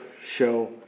show